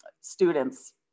students